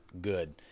good